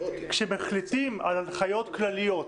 כשמחליטים על הנחיות כלליות,